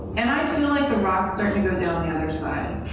and i feel like the rock's starting to go down the other side.